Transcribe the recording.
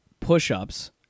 push-ups